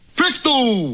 crystal